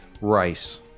Rice